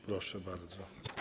Proszę bardzo.